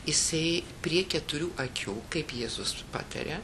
jisai prie keturių akių kaip jėzus pataria